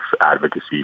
advocacy